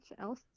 else